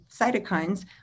cytokines